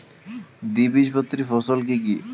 দ্বিবীজপত্রী ফসল কি কি?